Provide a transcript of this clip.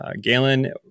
Galen